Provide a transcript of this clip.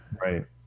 right